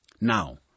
Now